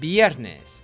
Viernes